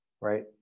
right